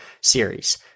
series